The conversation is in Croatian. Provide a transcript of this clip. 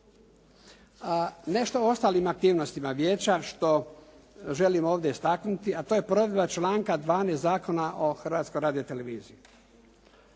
Nešto o ostalim aktivnostima vijeća što želim ovdje istaknuti a to je provedba članka 12. Zakona o Hrvatskoj radioteleviziji.